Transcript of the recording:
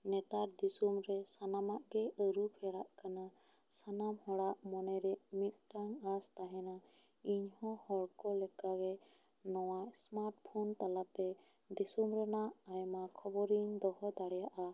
ᱱᱮᱛᱟᱨ ᱫᱤᱥᱚᱢ ᱨᱮ ᱥᱟᱱᱟᱢᱟᱜ ᱜᱮ ᱟᱹᱨᱩ ᱯᱷᱮᱨᱟᱜ ᱠᱟᱱᱟ ᱥᱟᱱᱟᱢ ᱦᱚᱲᱟᱜ ᱢᱚᱱᱮ ᱨᱮ ᱢᱤᱫᱴᱟ ᱝ ᱟᱥ ᱛᱟᱦᱮᱱᱟ ᱤᱧ ᱦᱚᱸ ᱦᱚᱲ ᱠᱚ ᱞᱮᱠᱟ ᱜᱮ ᱱᱚᱭᱟ ᱤᱥᱢᱟᱴ ᱯᱷᱳᱱ ᱛᱟᱞᱟᱛᱮ ᱫᱤᱥᱚᱢ ᱨᱮᱱᱟᱜ ᱟᱭᱢᱟ ᱠᱷᱚᱵᱚᱨ ᱤᱧ ᱫᱚᱦᱚ ᱫᱟᱲᱮᱭᱟᱜᱼᱟ